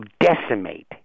decimate